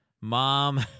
Mom